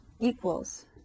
equals